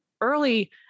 early